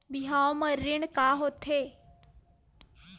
बिहाव म ऋण का होथे?